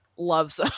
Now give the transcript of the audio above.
loves